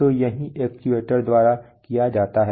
तो यही एक्चुएटर द्वारा किया जाता है